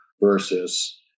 versus